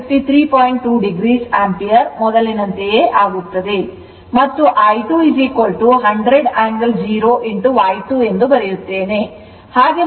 2 o ampere ಮೊದಲಿನಂತೆಯೇ ಆಗುತ್ತದೆ ಮತ್ತು I2 100 angle 0Y2 ಎಂದು ಬರೆಯುತ್ತೇನೆ